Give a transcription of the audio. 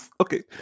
Okay